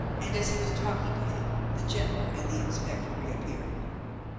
and as he was talking to him the general and the inspector reappeared.